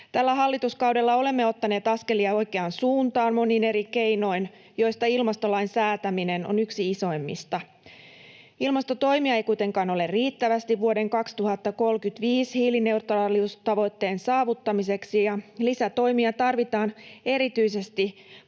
Tällä hallituskaudella olemme ottaneet askelia oikeaan suuntaan monin eri keinoin, joista ilmastolain säätäminen on yksi isoimmista. Ilmastotoimia ei kuitenkaan ole riittävästi vuoden 2035 hiilineutraaliustavoitteen saavuttamiseksi, ja lisätoimia tarvitaan erityisesti